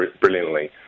brilliantly